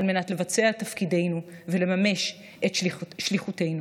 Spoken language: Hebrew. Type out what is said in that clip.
על מנת לבצע תפקידנו ולממש את שליחותנו.